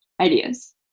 ideas